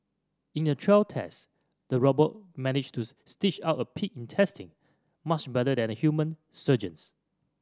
in a trial test the robot managed to stitch up pig intestines much better than human surgeons